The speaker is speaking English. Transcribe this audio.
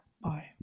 bye